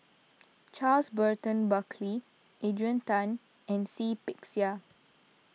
Charles Burton Buckley Adrian Tan and Seah Peck Seah